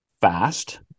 fast